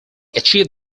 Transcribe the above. achieved